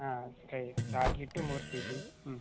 ಹಾಂ ಹೇಳಿ ರಾಗಿ ಹಿಟ್ಟು ಮೂರು ಕೆ ಜಿ ಹ್ಞೂ